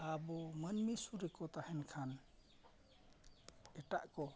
ᱟᱵᱚ ᱢᱟᱱᱢᱤ ᱥᱩᱨ ᱨᱮᱠᱚ ᱛᱟᱦᱮᱱ ᱠᱷᱟᱱ ᱮᱴᱟᱜ ᱠᱚ